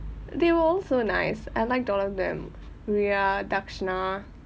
they were also nice I liked all of them veena darshna